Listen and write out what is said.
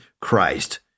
Christ